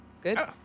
Good